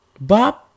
Bob